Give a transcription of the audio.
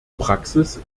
praxis